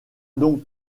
donc